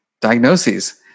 diagnoses